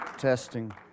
Testing